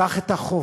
קח את החוף.